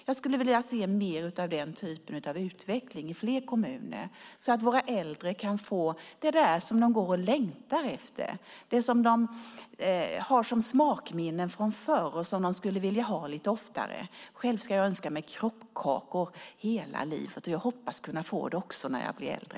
Jag skulle vilja se mer av den typen av utveckling i fler kommuner så att våra äldre får vad de längtar efter, det som de har som smakminnen från förr och vill ha lite oftare. Själv ska jag önska mig kroppkakor hela livet, och jag hoppas få dem också när jag blir äldre.